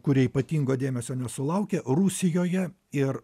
kurie ypatingo dėmesio nesulaukė rusijoje ir